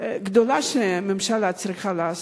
גדולה שהממשלה צריכה לעשות,